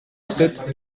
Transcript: sept